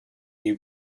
you